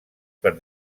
per